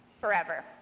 forever